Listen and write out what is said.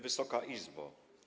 Wysoka Izbo!